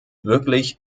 wirklich